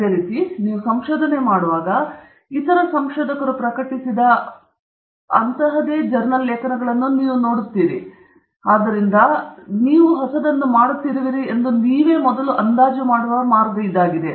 ಅದೇ ರೀತಿ ನೀವು ಸಂಶೋಧನೆ ಮಾಡುವಾಗ ಇತರ ಸಂಶೋಧಕರು ಪ್ರಕಟಿಸಿದ ಅದೇ ಜರ್ನಲ್ ಲೇಖನಗಳನ್ನು ನೀವು ನೋಡುತ್ತೀರಿ ಆದ್ದರಿಂದ ನಾವು ಹೊಸದನ್ನು ಮಾಡುತ್ತಿರುವೆ ಎಂದು ನಾವು ಮೊದಲಿಗೆ ಅಂದಾಜು ಮಾಡುವ ಮಾರ್ಗವಾಗಿದೆ